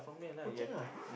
cooking lah